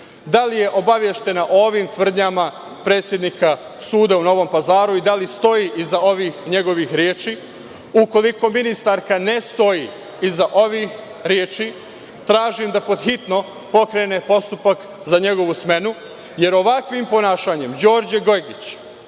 da li je obaveštena o ovim tvrdnjama predsednika suda u Novom Pazaru i da li stoji iza ovih njegovih reči? Ukoliko ministarka ne stoji iza ovih reči, tražim da pod hitno pokrene postupak za njegovu smenu, jer ovakvim ponašanjem, Đorđe Gojgić